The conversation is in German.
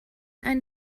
ein